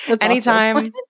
anytime